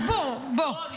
אז בוא, בוא.